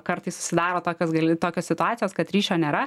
kartais susidaro tokios gali tokios situacijos kad ryšio nėra